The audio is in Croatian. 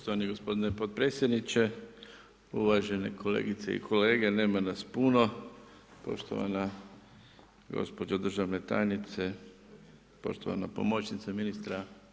Poštovani gospodine podpredsjedniče, uvažene kolegice i kolege, nema nas puno, poštovana gospođo državna tajnice, poštovana pomoćnice ministra.